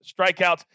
strikeouts